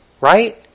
Right